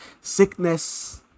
Sickness